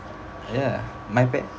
ya my bad